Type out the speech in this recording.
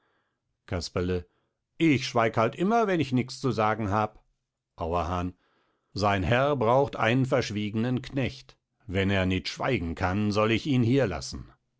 casperle ich schweig halt immer wenn ich nix zu sagen hab auerhahn sein herr braucht einen verschwiegenen knecht wenn er nit schweigen kann soll ich ihn hier laßen